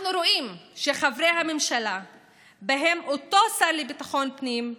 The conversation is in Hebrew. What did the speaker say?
אנחנו רואים שחברי הממשלה ובהם אותו שר לביטחון פנים,